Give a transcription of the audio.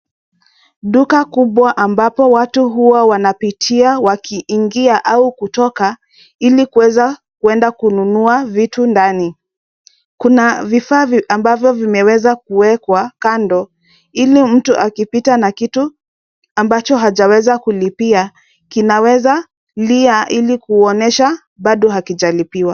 Duka kubwa ambapo watu huwa wanapitia wakiingia au kutoka ili kuweza kuenda kununua vitu ndani. Kuna vifaa ambavyo vimeweza kuwekwa kando ili mtu akipita na kitu ambacho hajaweza kulipia, kinaweza lia ili kuonyesha bado hakijalipiwa.